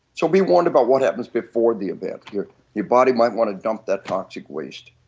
so be warned about what happens before the event. your your body might want to dump that toxic waste.